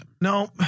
No